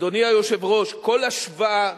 אדוני היושב-ראש, כל השוואה